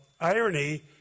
irony